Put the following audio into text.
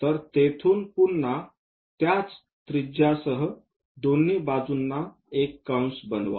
तर तेथून पुन्हा त्याच त्रिज्यासह दोन्ही बाजूंनी एक कंस बनवा